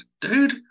dude